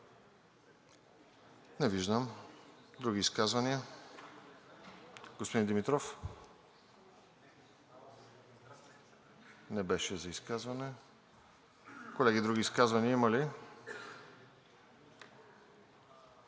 Не виждам. Други изказвания? Господин Димитров? Не беше за изказване. Колеги, други изказвания има ли? Не